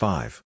Five